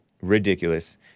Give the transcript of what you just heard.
Ridiculous